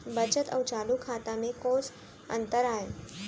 बचत अऊ चालू खाता में कोस अंतर आय?